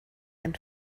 and